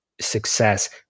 success